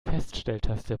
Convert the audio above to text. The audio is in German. feststelltaste